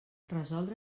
resoldre